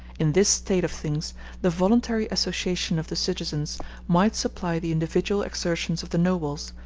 in this state of things the voluntary association of the citizens might supply the individual exertions of the nobles,